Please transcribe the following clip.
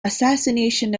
assassination